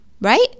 right